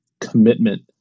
commitment